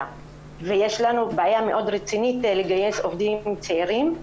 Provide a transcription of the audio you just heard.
ויש לנו בעיה מאוד רצינית לגייס עובדים צעירים.